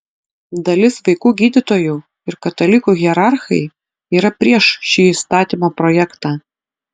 dalis vaikų gydytojų ir katalikų hierarchai yra prieš šį įstatymo projektą